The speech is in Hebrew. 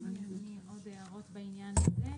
עוד הערות בעניין הזה,